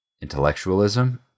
intellectualism